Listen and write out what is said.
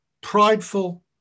Prideful